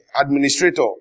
administrator